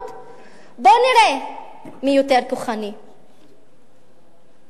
אני מאוד מודה לו